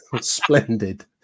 Splendid